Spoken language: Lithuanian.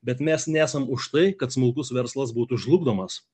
bet mes nesam už tai kad smulkus verslas būtų žlugdomas